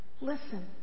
Listen